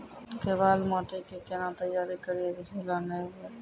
केवाल माटी के कैना तैयारी करिए जे ढेला नैय हुए?